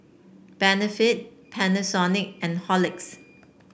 Benefit Panasonic and Horlicks